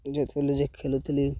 ଯେତେବେଳେ ଯେ ଖେଳୁଥିଲି